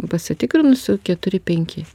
pasitikrinusių keturi penki